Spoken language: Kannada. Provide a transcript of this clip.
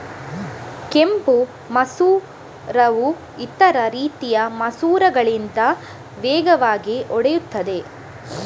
ಕೆಂಪು ಮಸೂರವು ಇತರ ರೀತಿಯ ಮಸೂರಗಳಿಗಿಂತ ವೇಗವಾಗಿ ಒಡೆಯುತ್ತದೆ